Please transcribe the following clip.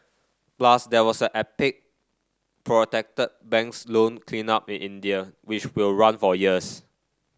plus there was a epic protected banks loan cleanup in India which will run for years